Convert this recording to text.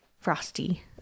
frosty